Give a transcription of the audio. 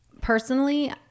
personally